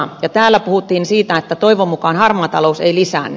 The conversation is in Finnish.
ja täällä puhuttiin siitä että toivon mukaan harmaa talous ei lisäänny